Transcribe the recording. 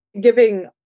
giving